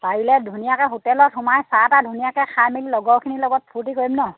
পাৰিলে ধুনীয়াকৈ হোটেলত সোমাই চাহ তাহ ধুনীয়াকৈ খাই মেলি লগৰখিনিৰ লগত ফূৰ্তি কৰিম ন